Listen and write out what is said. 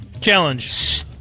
Challenge